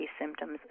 symptoms